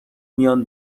میان